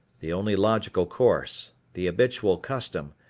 the only logical course, the habitual custom,